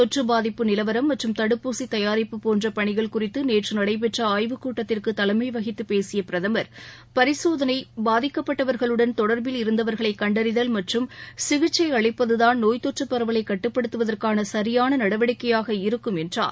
தொற்றபாதிப்பு நிலவரம் மற்றும் தடுப்பூசிதயாரிப்பு போன்றபணிகள் குறித்துநேற்றுநடைபெற்றஆய்வுக் கூட்டத்திற்குதலைமைவகித்துப் பேசியபிரதமர் பரிசோதளை பாதிக்கப்பட்டவர்களுடன் தொடர்பில் கண்டறிதல் மற்றம் சிகிச்சைஅளிப்பதுதான் நோய்த் இருந்தவர்களைக் தொற்றுபரவலைக் கட்டுப்படுத்துவதற்கானசரியானநடவடிக்கையாக இருக்கும் என்றார்